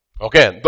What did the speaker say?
Okay